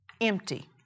empty